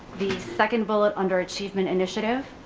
the second bullet under achievement initiative,